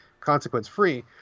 consequence-free